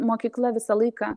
mokykla visą laiką